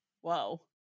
Whoa